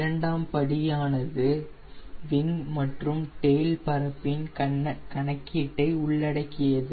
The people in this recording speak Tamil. இரண்டாம் படியானது விங் மற்றும் டெயில் பரப்பின் கணக்கீட்டை உள்ளடக்கியது